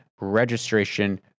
registration